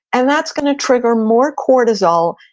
and that's gonna trigger more cortisol,